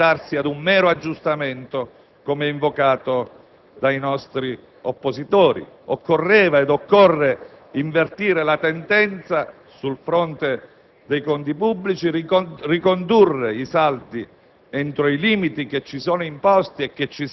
La manovra di correzione non poteva, quindi, limitarsi ad un mero aggiustamento, come invocato dai nostri oppositori: occorreva ed occorre invertire la tendenza sul fronte dei conti pubblici; ricondurre i saldi